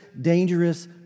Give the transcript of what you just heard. dangerous